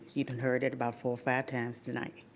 you done heard it about four or five times tonight.